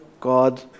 God